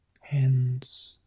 hands